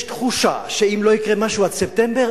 יש תחושה שאם לא יקרה משהו עד ספטמבר,